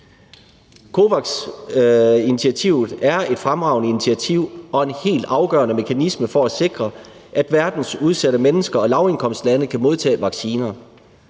COVAX-initiativet er et fremragende initiativ og en helt afgørende mekanisme for at sikre, at verdens udsatte mennesker og lavindkomstlande kan modtage vacciner.